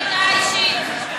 יש לי הודעה אישית.